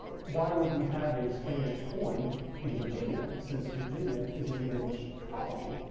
why would we have a spanish coin in virginia since virginia is an english colony?